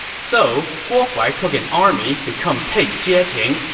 so guo huai took an army to come take jieting,